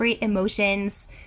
emotions